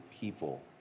people